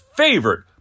favorite